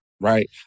right